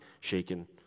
shaken